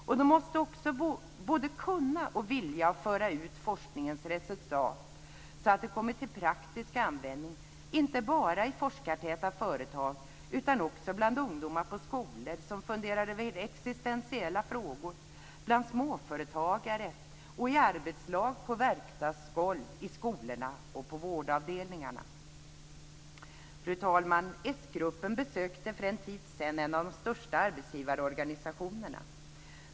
Och de måste också både kunna och vilja föra ut forskningens resultat så att det kommer till praktisk användning, inte bara i forskartäta företag utan också bland ungdomar i skolor som funderar över existentiella frågor, bland småföretagare och i arbetslag på verkstadsgolv, i skolor och på vårdavdelningarna. Fru talman! S-gruppen besökte för en tid sedan en av de största arbetsgivarorganisationerna.